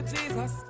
Jesus